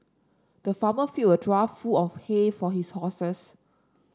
the farmer filled a trough full of hay for his horses